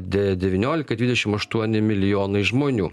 de devyniolika dvidešim aštuoni milijonai žmonių